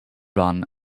run